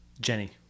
Jenny